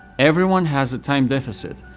everyone has a time deficit,